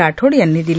राठोड यांनी दिली